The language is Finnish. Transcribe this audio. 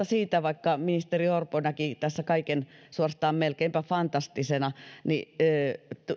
siitä että ministeri orpo näki tässä kaiken suorastaan melkeinpä fantastisena